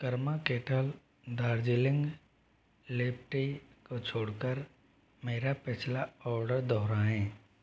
Karma kettle Darjeeling leaf tea को छोड़ कर मेरा पिछला ऑर्डर दोहराएँ